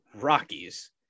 Rockies